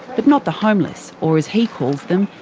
but not the homeless, or, as he calls them,